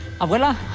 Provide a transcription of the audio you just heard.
Abuela